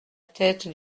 tête